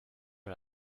pas